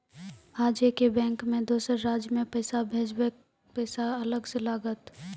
आजे के बैंक मे दोसर राज्य मे पैसा भेजबऽ पैसा अलग से लागत?